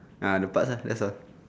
ah the parts lah that's all